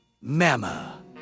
Mama